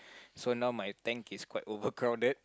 so now my tank is quite overcrowded